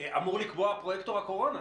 אמור לקבוע פרויקטור הקורונה,